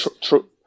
true